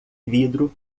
vidro